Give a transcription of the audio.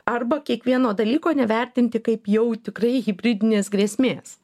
arba kiekvieno dalyko nevertinti kaip jau tikrai hibridinės grėsmės